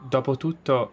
Dopotutto